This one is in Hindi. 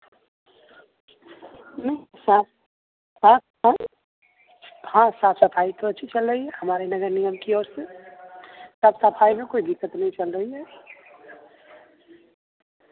नहीं स्वास्थ्य स्वास्थ्य हाँ साफ़ सफ़ाई तो अच्छी चल रही है हमारी नगर निगम की ओर से साफ़ सफ़ाई में कोई दिक्कत नहीं चल रही है